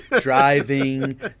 driving